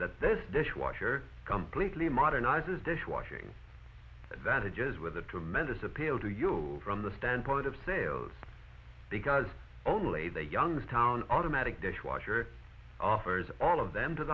that this dishwasher completely modernizes dishwashing that adjusts with a tremendous appeal to you from the standpoint of sales because only the youngstown automatic dish washer offers all of them to